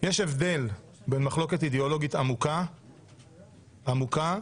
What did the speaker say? יש הבדל בין מחלוקת אידאולוגית עמוקה עמוקה,